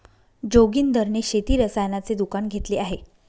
जोगिंदर ने शेती रसायनाचे दुकान घेतले आहे